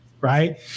right